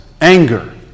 anger